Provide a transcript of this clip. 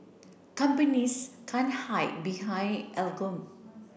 companies can't hide behind